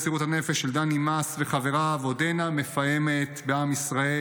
מסירות הנפש של דני מס וחבריו עודנה מפעמת בעם ישראל.